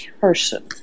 person